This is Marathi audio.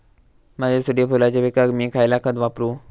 माझ्या सूर्यफुलाच्या पिकाक मी खयला खत वापरू?